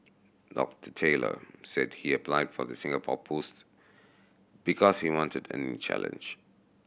Doctor Taylor said he applied for the Singapore post because he wanted a new challenge